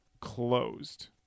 closed